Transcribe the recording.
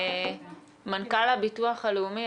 מנכ"ל הביטוח הלאומי,